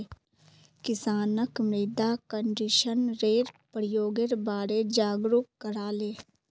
किसानक मृदा कंडीशनरेर प्रयोगेर बारे जागरूक कराले